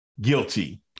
guilty